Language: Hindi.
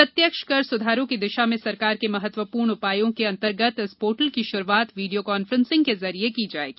प्रत्यक्ष कर सुधारों की दिशा में सरकार के महत्वपूर्ण उपायों के अंतर्गत इस पोर्टल की शुरूआत वीडियो कांफ्रेंसिंग के जरिए की जाएगी